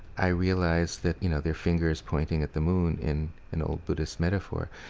i realize that, you know, their finger is pointing at the moon, in an old buddhist metaphor.